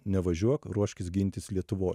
nevažiuok ruoškis gintis lietuvoj